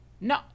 No